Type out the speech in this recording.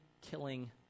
killing